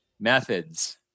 methods